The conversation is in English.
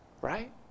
right